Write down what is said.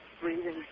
breathing